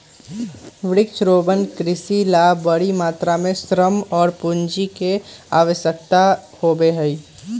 वृक्षारोपण कृषि ला बड़ी मात्रा में श्रम और पूंजी के आवश्यकता होबा हई